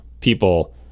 people